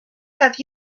have